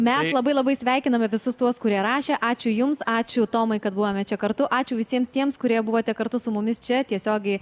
mes labai labai sveikiname visus tuos kurie rašė ačiū jums ačiū tomai kad buvome čia kartu ačiū visiems tiems kurie buvote kartu su mumis čia tiesiogiai